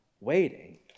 waiting